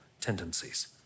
tendencies